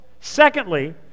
Secondly